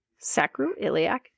sacroiliac